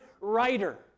writer